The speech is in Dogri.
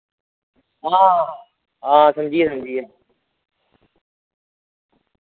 हां हां समझी गे समझी गे